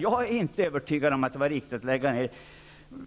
Jag är inte övertygad om att det var riktigt att lägga ned